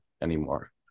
anymore